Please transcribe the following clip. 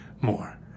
more